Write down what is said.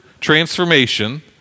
transformation